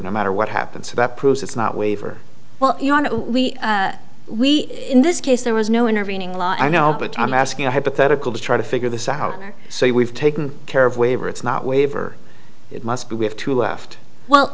no matter what happened so that proves it's not waiver well we we in this case there was no intervening law i know but i'm asking a hypothetical to try to figure this out so we've taken care of waiver it's not waiver it must be we have to left well